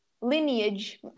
lineage